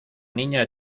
niña